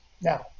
Now